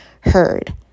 heard